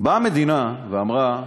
באה המדינה ואמרה: